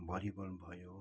volleyball भयो